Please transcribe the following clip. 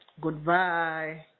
Goodbye